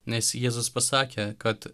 nes jėzus pasakė kad